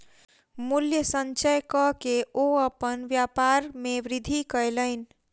मूल्य संचय कअ के ओ अपन व्यापार में वृद्धि कयलैन